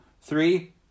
three